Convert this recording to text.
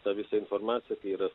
tą visą informaciją kai yra